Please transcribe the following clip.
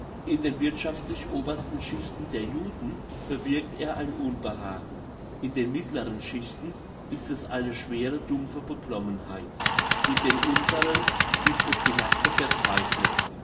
in den wirthschaftlich obersten schichten der juden bewirkt er ein unbehagen in den mittleren schichten ist es eine schwere dumpfe beklommenheit in den unteren ist es die nackte verzweiflung